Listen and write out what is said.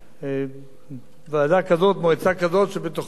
ועדה כזאת, מועצה כזאת, שבתוכה היתה חברה לוב,